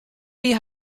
wie